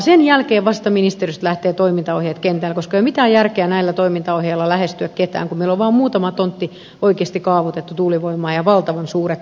sen jälkeen vasta ministeriöstä lähtevät toimintaohjeet kentälle koska ei ole mitään järkeä näillä toimintaohjeilla lähestyä ketään kun meillä on vaan muutama tontti oikeasti kaavoitettu tuulivoimaa ja valtavan suuret yhteiskunnalliset tavoitteet